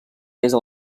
besa